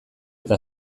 eta